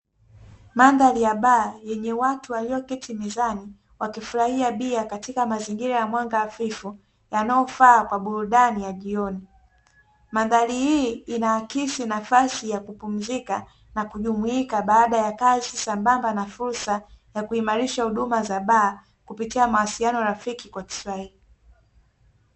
Mandhari ya baa yenye watu walioketi mezani, wakifurahia bia katika mazingira ya mwanga hafifu yanayofaa kwa burudani ya jioni. Mandhari hii inaakisi nafasi ya kupumzika na kujumuika baada ya kazi sambamba na fursa ya kuimarisha huduma za baa, kupitia mawasiliano rafiki kwa kiswahili.